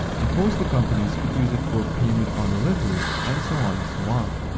and postal companies could use it for payment on delivery, and so on and so on,